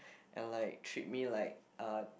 and treat me like a